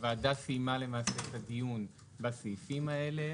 למעשה, הוועדה סיימה את הדיון בסעיפים האלה.